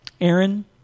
Aaron